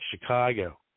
Chicago